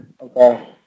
Okay